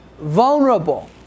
vulnerable